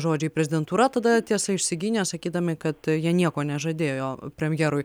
žodžiai prezidentūra tada tiesa išsigynė sakydami kad jie nieko nežadėjo premjerui